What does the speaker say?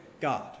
God